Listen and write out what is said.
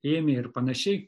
ėmė ir panašiai